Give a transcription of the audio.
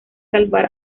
salvar